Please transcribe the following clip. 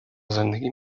زندگی